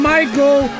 Michael